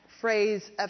phrase